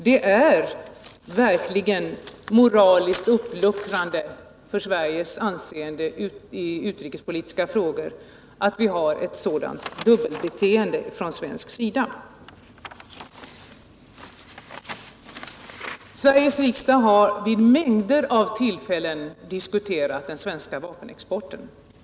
Det är verkligen moraliskt uppluckrande för Sveriges anseende i utrikespolitiska frågor att vi uppvisar ett sådant dubbelbeteende från svensk sida. Sveriges riksdag har vid mängder av tillfällen diskuterat den svenska vapenexporten.